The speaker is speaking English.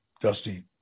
Dusty